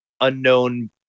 unknown